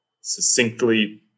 succinctly